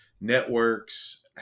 networks